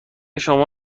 شما